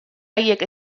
haiek